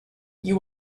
you